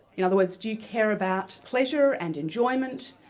in other words, do you care about pleasure and enjoyment,